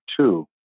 two